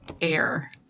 Air